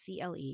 CLE